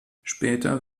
später